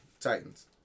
Titans